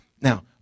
now